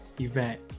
event